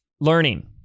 learning